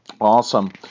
Awesome